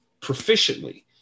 proficiently